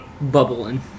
bubbling